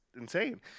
insane